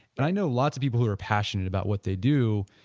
but i know lots of people who are passionate about what they do,